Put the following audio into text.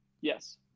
Yes